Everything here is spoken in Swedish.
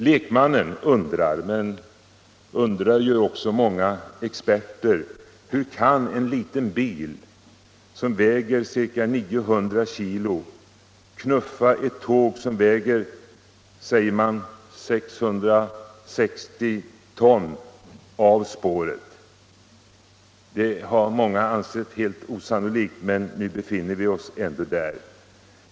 Lekmannen undrar — men undrar gör också många experter: Hur kan en liten bil som väger ca 900 kg knuffa ett tåg som väger 660 ton av spåret? Det har många ansett helt osannolikt, men nu befinner vi oss ändå där.